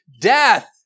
death